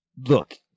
Look